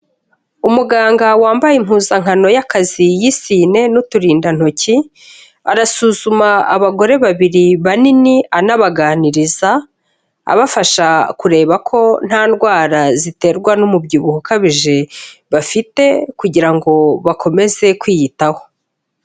Umuganga wambaye impuzankano y'akazi y'isine n'uturindantoki, arasuzuma abagore babiri banini anabaganiriza, abafasha kureba ko nta ndwara ziterwa n'umubyibuho ukabije bafite, kugira ngo bakomeze kwiyitaho.